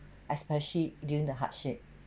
especially during the hardship